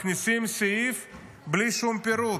מכניסים סעיף בלי שום פירוט: